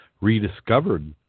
rediscovered